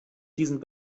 diesen